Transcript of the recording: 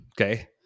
Okay